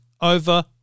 over